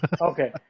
Okay